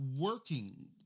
working